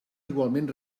igualment